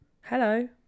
Hello